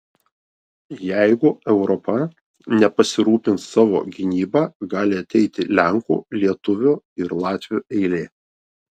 jeigu europa nepasirūpins savo gynyba gali ateiti lenkų lietuvių ir latvių eilė